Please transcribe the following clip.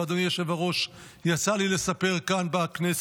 ואדוני היושב-ראש, יצא לי לספר כאן בכנסת,